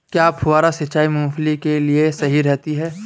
क्या फुहारा सिंचाई मूंगफली के लिए सही रहती है?